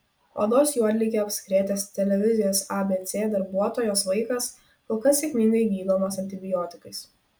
odos juodlige apsikrėtęs televizijos abc darbuotojos vaikas kol kas sėkmingai gydomas antibiotikais